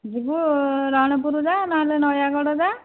ଯିବୁ ରଣପୁର ଯା ନହେଲେ ନୟାଗଡ଼ ଯା